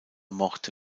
morte